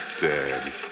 dead